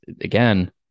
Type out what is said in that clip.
again